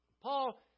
Paul